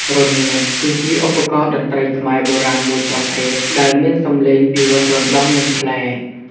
រនាត គឺជា ឧបករណ៍តន្ត្រីខ្មែរ បុរាណមួយប្រភេទ ដែលមានសំឡេងពិរោះរណ្ដំ និងប្លែក។